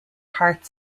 heart